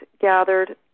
gathered